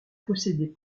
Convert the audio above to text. posséder